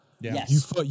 Yes